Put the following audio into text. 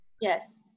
yes